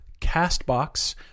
Castbox